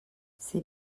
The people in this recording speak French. ses